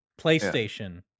PlayStation